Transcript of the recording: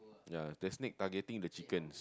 ya the snake targeting the chickens